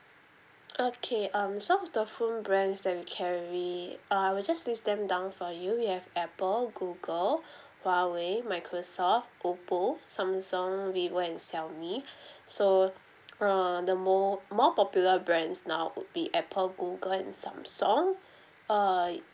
okay um some of the phone brands that we carry uh I will just list them down for you we have apple google huawei microsoft oppo samsung vivo and xiaomi so uh the more popular brands now would be apple google and samsung uh